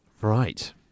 Right